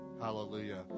Hallelujah